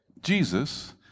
Jesus